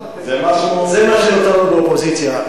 זה מה שנותר לנו באופוזיציה,